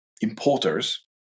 importers